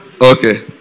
Okay